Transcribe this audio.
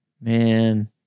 man